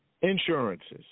insurances